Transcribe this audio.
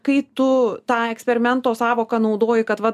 kai tu tą eksperimento sąvoką naudoji kad va